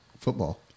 Football